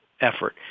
effort